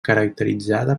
caracteritzada